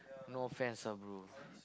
no offence ah bro